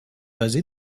basée